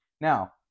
Now